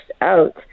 out